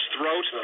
throat